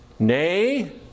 Nay